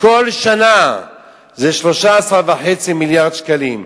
כל שנה זה 13.5 מיליארד שקלים.